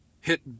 hit